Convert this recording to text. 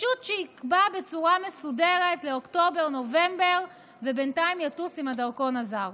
פשוט שיקבע בצורה מסודרת לאוקטובר-נובמבר ובינתיים יטוס עם הדרכון הזר.